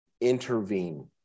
intervene